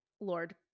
Lord